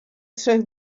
trzech